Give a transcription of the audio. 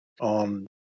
on